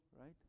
right